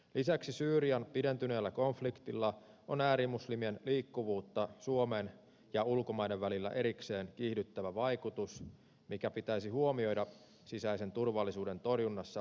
lisäksi syyrian pidentyneellä konfliktilla on äärimuslimien liikkuvuutta suomen ja ulkomaiden välillä erikseen kiihdyttävä vaikutus mikä pitäisi huomioida sisäisen turvallisuuden torjunnassa riittävällä tavalla